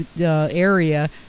area